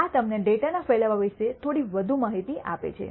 આ તમને ડેટાના ફેલાવા વિશે થોડી વધુ માહિતી આપે છે